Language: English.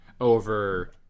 over